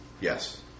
Yes